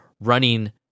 running